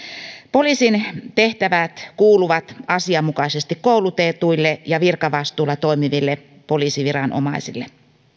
poliisin tehtävät kuuluvat asianmukaisesti koulutetuille ja virkavastuulla toimiville poliisiviranomaisille